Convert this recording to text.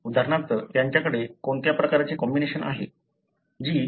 उदाहरणार्थ त्यांच्याकडे कोणत्या प्रकारचे कॉम्बिनेशन आहे